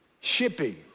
shipping